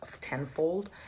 tenfold